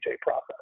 process